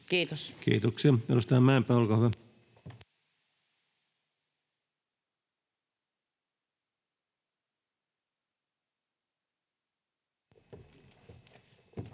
Content: Kiitoksia. — Edustaja Mäenpää, olkaa hyvä.